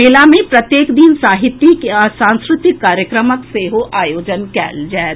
मेला मे प्रत्येक दिन साहित्यिक आ सांस्कृतिक कार्यक्रमक सेहो आयोजन कयल जायत